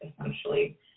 essentially